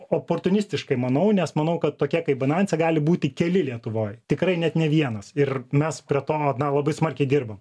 oportunistiškai manau nes manau kad tokie kaip bainance gali būti keli lietuvoj tikrai net ne vienas ir mes prie to labai smarkiai dirbam